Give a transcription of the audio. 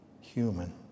human